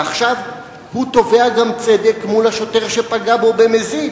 ועכשיו הוא תובע גם צדק מול השוטר שפגע בו במזיד.